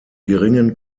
geringen